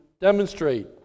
demonstrate